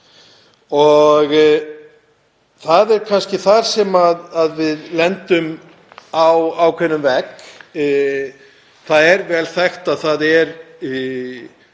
Það er kannski þar sem við lendum á ákveðnum vegg. Það er vel þekkt að það er